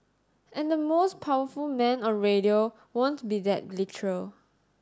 and the most powerful man on radio won't be that literal